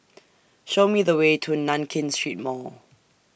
Show Me The Way to Nankin Street Mall